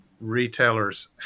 retailers